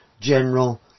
general